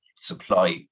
supply